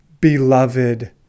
beloved